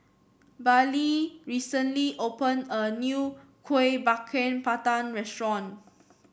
Baylee recently opened a new Kuih Bakar Pandan restaurant